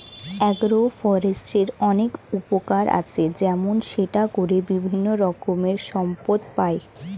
agro ফরেস্ট্রির অনেক উপকার আছে, যেমন সেটা করে বিভিন্ন রকমের সম্পদ পাই